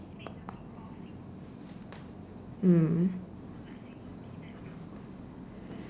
mm